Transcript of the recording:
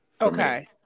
Okay